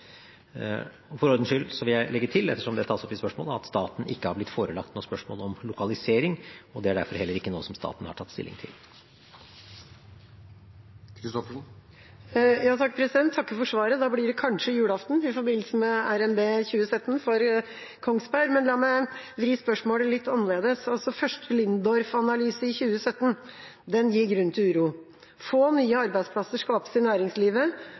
For ordens skyld vil jeg legge til, ettersom det tas opp i spørsmålet, at staten ikke har blitt forelagt noe spørsmål om lokalisering, og det er derfor heller ikke noe som staten har tatt stilling til. Jeg takker for svaret. Da blir det kanskje julaften for Kongsberg i forbindelse med RNB. Men la meg vri spørsmålet litt annerledes: Første Lindorff-analyse i 2017 gir grunn til uro. Få nye arbeidsplasser skapes i næringslivet,